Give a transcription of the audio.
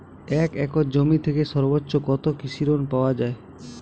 এক একর জমি থেকে সর্বোচ্চ কত কৃষিঋণ পাওয়া য়ায়?